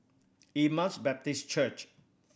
Emmaus Baptist Church